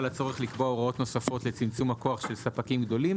הצורך לקבוע הוראות נוספות לצמצום הכוח של ספקים גדולים,